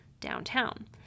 downtown